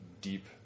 deep